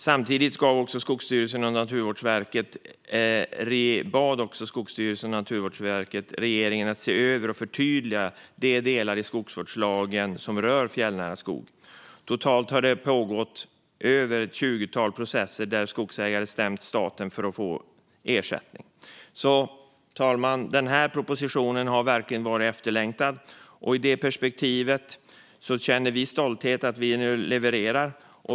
Samtidigt bad Skogsstyrelsen och Naturvårdsverket regeringen att se över och förtydliga de delar i skogsvårdslagen som rör fjällnära skog. Totalt har det varit mer än ett tjugotal processer där skogsägare stämt staten för att få ersättning. Fru talman! Den här propositionen har verkligen varit efterlängtad. I det perspektivet känner vi stolthet över att vi nu levererar.